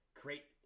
create